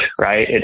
right